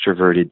extroverted